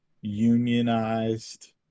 unionized